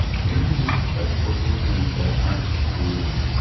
maybe we just let people do things that aren't wordy.